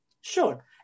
Sure